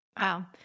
Wow